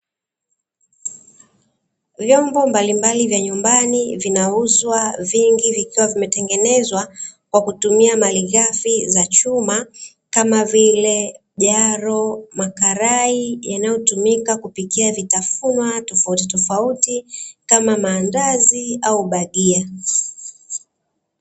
Vyombo mbalimbali vya nyumbani vinauzwa vingi vikiwa vimetengenezwa kwa kutumia malighafi za chuma, kama vile jaro, makarai yanayotumika kupika vitafunwa tofautitofauti kama maandazi au bagia.